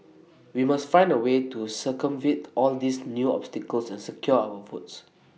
we must find A way to circumvent all these new obstacles and secure our votes